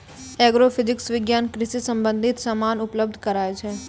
agrophysics विज्ञान कृषि संबंधित समान उपलब्ध कराय छै